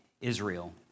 Israel